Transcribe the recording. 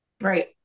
Right